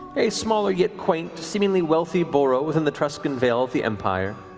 a smaller yet quaint, seemingly wealthy borough within the truscan vale of the empire.